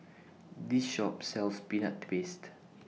This Shop sells Peanut Paste